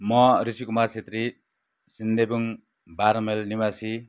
म ऋषि कुमार छेत्री सिन्देबुङ बाह्र माइल निवासी